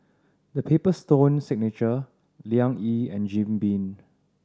The Paper Stone Signature Liang Yi and Jim Beam